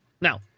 Now